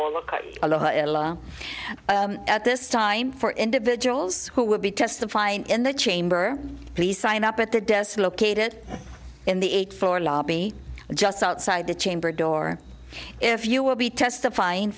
conn at this time for individuals who will be testifying in the chamber please sign up at the desk located in the eighth floor lobby just outside the chamber door if you will be testifyin